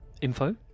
info